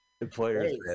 Employers